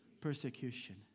persecution